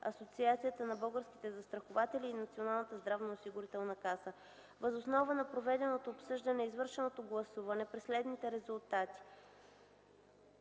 Асоциацията на българските застрахователи и Националната здравноосигурителна каса. Въз основа на проведеното обсъждане и извършеното гласуване при следните резултати: